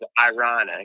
ironic